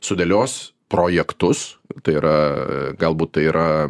sudėlios projektus tai yra galbūt tai yra